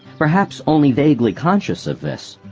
perhaps only vaguely conscious of this,